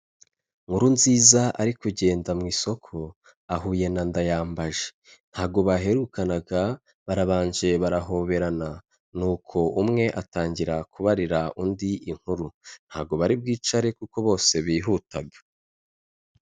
Nkurunziza ari kugenda mu isoko ahuye na Ndayambaje, ntago baherukanaga barabanje barahoberana nuko umwe atangira kubarira undi inkuru, ntago bari bwicare kuko bose bihutaga.